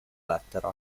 lettera